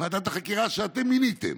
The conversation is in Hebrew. ועדת החקירה שאתם מיניתם.